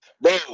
Bro